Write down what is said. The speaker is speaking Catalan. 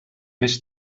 més